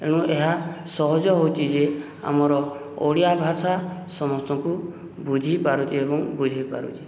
ଏଣୁ ଏହା ସହଜ ହେଉଛି ଯେ ଆମର ଓଡ଼ିଆ ଭାଷା ସମସ୍ତଙ୍କୁ ବୁଝିପାରୁଛି ଏବଂ ବୁଝାଇପାରୁଛି